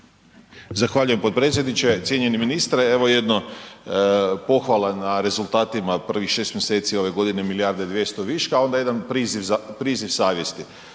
Zahvaljujem potpredsjedniče. Cijenjeni ministre evo jedno pohvala na rezultatima prvih šest mjeseci ove godine milijarda i 200 viška, a onda jedan priziv savjesti.